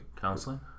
Counseling